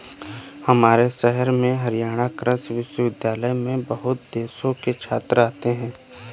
हमारे शहर में हरियाणा कृषि विश्वविद्यालय में बहुत देशों से छात्र आते हैं